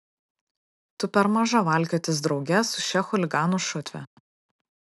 tu per maža valkiotis drauge su šia chuliganų šutve